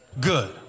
good